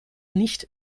nicht